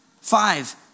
Five